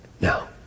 Now